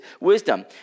wisdom